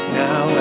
now